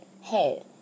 hey